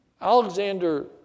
Alexander